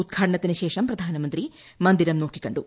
ഉദ്ഘാടനത്തിനുശേഷം പ്രധാനമന്ത്രി മന്ദിരം നോക്കിക്കണ്ടു